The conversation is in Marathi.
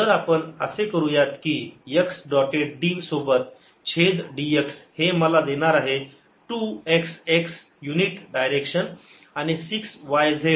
x2x6xyzyz2zz तर आपण असे करूयात की x डॉटेड d सोबत छेद dx हे मला देणार आहे 2 x x युनिट डायरेक्शन अधिक 6 y z